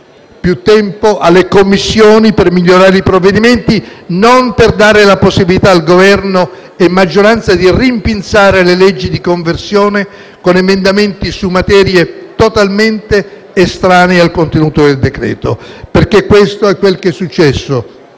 Più tempo alle Commissioni per migliorare i provvedimenti, non per dare la possibilità a Governo e maggioranza di rimpinzare le leggi di conversione con emendamenti su materie totalmente estranee al contenuto del decreto-legge. Questo è quello che è successo,